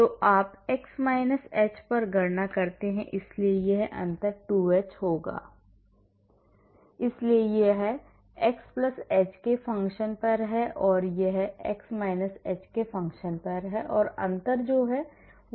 तो आप x h पर गणना करते हैं इसलिए यह अंतर 2h होगा इसलिए यह x h के एक फंक्शन पर है और यह x h के फंक्शन पर है और अंतर 2h का है